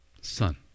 Son